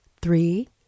three